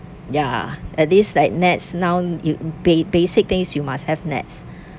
ya at least like nets now you bas~ basic things you must have nets